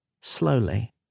slowly